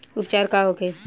उपचार का होखे?